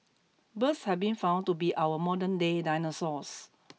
birds have been found to be our modernday dinosaurs